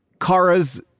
Kara's